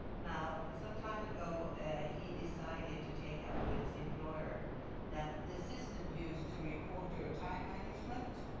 now, some time ago he decided to take up with his employer that the system used to report your time management,